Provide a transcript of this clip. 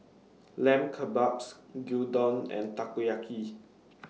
Lamb Kebabs Gyudon and Takoyaki